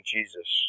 Jesus